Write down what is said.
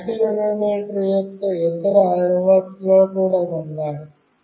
accelerometer యొక్క ఇతర అనువర్తనాలు కూడా ఉన్నాయి